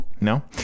No